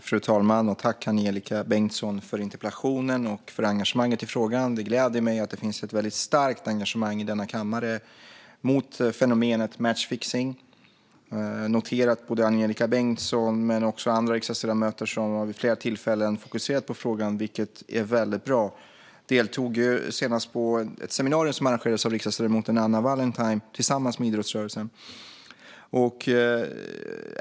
Fru talman! Jag tackar Angelika Bengtsson för interpellationen och för engagemanget i frågan. Det gläder mig att det finns ett väldigt starkt engagemang i denna kammare mot fenomenet matchfixning. Jag noterar att både Angelika Bengtsson och andra riksdagsledamöter vid flera tillfällen fokuserat på frågan, vilket är väldigt bra. Jag deltog nyligen på ett seminarium som arrangerades av riksdagsledamoten Anna Wallentheim tillsammans med idrottsrörelsen.